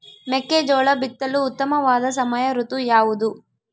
ಮೆಕ್ಕೆಜೋಳ ಬಿತ್ತಲು ಉತ್ತಮವಾದ ಸಮಯ ಋತು ಯಾವುದು?